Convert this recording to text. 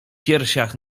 piersiach